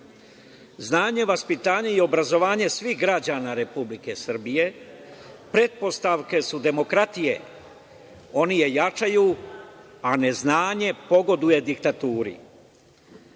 Znanje, vaspitanje i obrazovanje svih građana Republike Srbije, pretpostavke su demokratije. Oni je jačaju, a neznanje pogoduje diktaturi. Poštovane